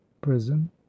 prison